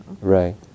right